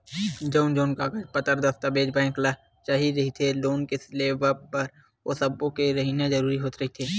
जउन जउन कागज पतर दस्ताबेज बेंक ल चाही रहिथे लोन के लेवब बर ओ सब्बो के रहिना जरुरी रहिथे